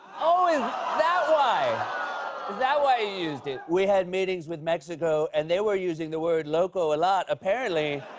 oh, is that why? is that why you used it? we had meetings with mexico, and they were using the word loco a lot. apparently